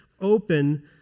open